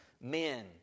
men